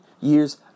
years